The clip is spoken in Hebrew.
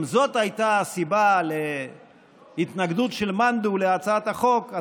אם זאת הייתה הסיבה להתנגדות של מאן דהוא להצעת החוק,